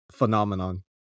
Phenomenon